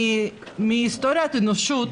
מהיסטוריית האנושות,